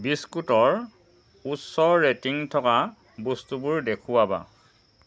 বিস্কুটৰ উচ্চ ৰেটিং থকা বস্তুবোৰ দেখুওৱা